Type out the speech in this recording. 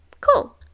cool